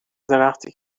درختی